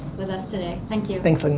with us today, thank you. thanks, ling